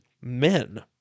men